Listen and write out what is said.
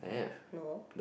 no